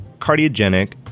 cardiogenic